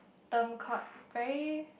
term called very